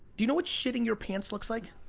you know what shitting your pants looks like?